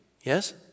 Yes